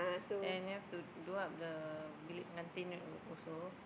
and you have to do up the bilik pengantin also